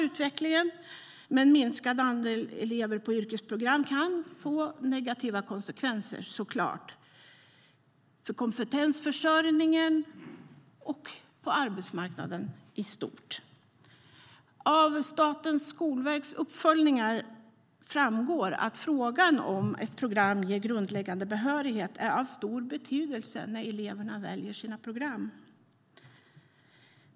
Utvecklingen med en minskande andel elever på yrkesprogram kan få negativa konsekvenser för kompetensförsörjningen och på arbetsmarknaden i stort. Av Statens skolverks uppföljningar framgår att frågan om ett program ger grundläggande behörighet är av stor betydelse när eleverna väljer program.